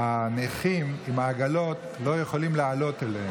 הנכים עם העגלות לא יכולים לעלות אליהן.